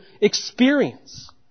experience